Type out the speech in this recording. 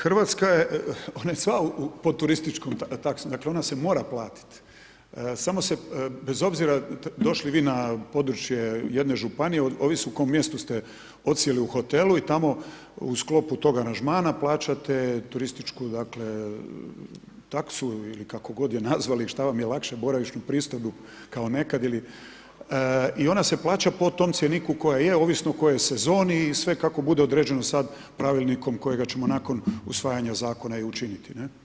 Hrvatska je sva pod turističkom taksom, dakle ona se mora platiti samo se bez obzira došli vi na područje jedne županije, ovisno u kojem mjestu ste odsjeli u hotelu i tamo u sklopu toga aranžmana, plaćate turističku dakle taksu ili kako god je nazvali, šta vam je lakše, boravišnu pristojbu kao nekad i ona se plaća po tom cjeniku koji je, ovisno u kojoj sezoni, sve kako bude određeno sad pravilnikom kojega ćemo nakon usvajanja zakona i učiniti, ne.